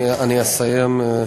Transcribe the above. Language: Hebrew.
אני אסיים,